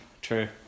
true